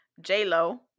J-Lo